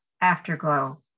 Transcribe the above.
afterglow